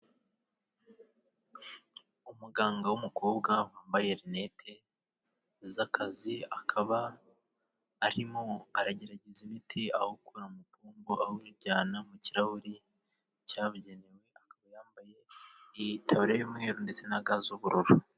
Umuganga w'umukobwa wambaye linete z'akazi, akaba arimo aragerageza imiti, awukura mu pombo awujyana mu kirahuri cyabugenewe, akaba yambaye itaburiya y'umweru ndetse na ga z'ubururu.